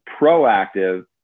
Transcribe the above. proactive